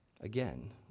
Again